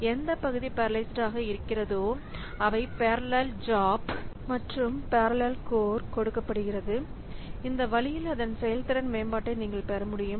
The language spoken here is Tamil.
எந்தப் பகுதி பெரலைஸ்டாக இருக்கிறதோ அவை பெரலல் ஜாப் மற்றும் பெரலல் கோர் கொடுக்கப்படுகிறது இந்த வழியில் அதன் செயல்திறன் மேம்பாட்டை நீங்கள் பெறமுடியும்